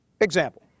Example